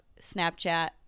Snapchat